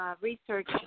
research